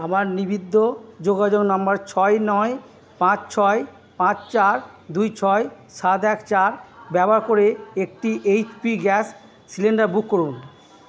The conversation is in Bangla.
আমার নিবিদ্ধ যোগাযোগ নম্বর ছয় নয় পাঁচ ছয় পাঁচ চার দুই ছয় সাত এক চার ব্যবহার করে একটি এইচপি গ্যাস সিলিণ্ডার বুক করুন